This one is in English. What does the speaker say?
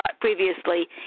previously